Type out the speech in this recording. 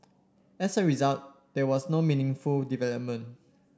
as a result there was no meaningful development